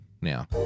now